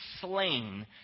slain